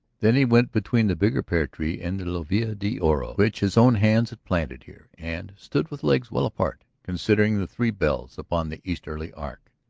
then he went between the bigger pear-tree and the lluvia de oro which his own hands had planted here, and stood with legs well apart considering the three bells upon the easterly arch.